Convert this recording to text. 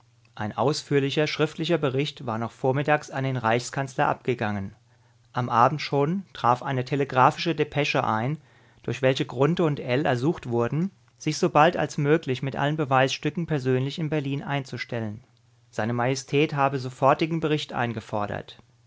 ein ausführlicher schriftlicher bericht war noch vormittags an den reichskanzler abgegangen am abend schon traf eine telegraphische depesche ein durch welche grunthe und ell ersucht wurden sich sobald als möglich mit allen beweisstücken persönlich in berlin einzustellen se majestät habe sofortigen bericht eingefordert